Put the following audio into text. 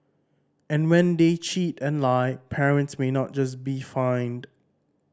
and when they cheat and lie parents may not just be fined